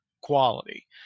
quality